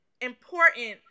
important